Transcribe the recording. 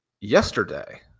yesterday